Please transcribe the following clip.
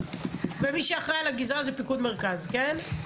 המבצעים ומי שאחראי על הגזרה זה פיקוד מרכז, כן?